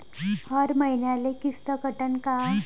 हर मईन्याले किस्त कटन का?